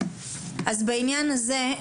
אז בעניין הזה,